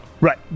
Right